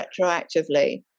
retroactively